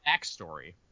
backstory